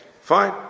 fine